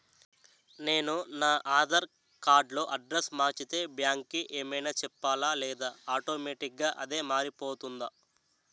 నేను నా ఆధార్ కార్డ్ లో అడ్రెస్స్ మార్చితే బ్యాంక్ కి ఏమైనా చెప్పాలా లేదా ఆటోమేటిక్గా అదే మారిపోతుందా?